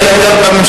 כשהיית גם בממשלה?